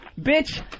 bitch